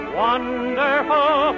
wonderful